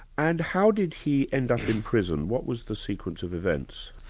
and how did he end up in prison? what was the sequence of events?